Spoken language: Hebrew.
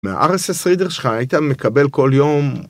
‫מה rss reader שלך היית מקבל כל יום